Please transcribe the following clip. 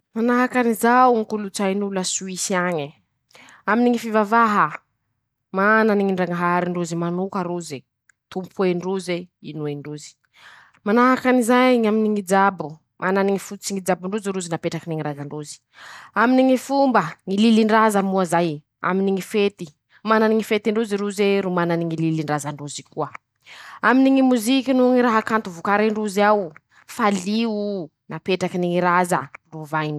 Manahaky anizao ñy kolotsain'olo a Soisy añe: -Aminy ñy fivavaha ,manany ñy ndrañaharin-drozy manoka roze ,tompoendroze ,inoen-drozy; manahaky anizay ñy aminy ñy jabo ,manany ñy fototsiny ñy jabon-drozy rozy napetrakiny ñy razan-drozy ;aminy ñy fomba ,ñy lilin-draza moa zay ,aminy ñy fety ,manany ñy fetin-drozy roze ro manany ñy lilin-drazan-drozy koa; aminy ñy moziky noho ñy raha kanto vokarin-drozy ao ,fa lio o ,napetrakiny ñy raza lovain.